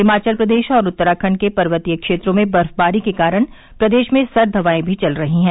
हिमाचल प्रदेश और उत्तराखण्ड के पर्वतीय क्षेत्रों में बर्फबारी के कारण प्रदेश में सर्द हवाए भी चल रही हैं